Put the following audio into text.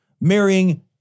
marrying